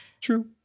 True